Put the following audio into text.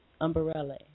umbrella